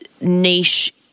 niche